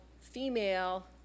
female